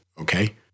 Okay